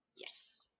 Yes